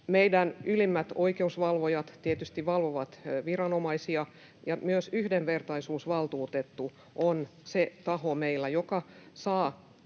Meidän ylimmät oikeusvalvojat tietysti valvovat viranomaisia, ja myös yhdenvertaisuusvaltuutettu on se taho meillä, joka saa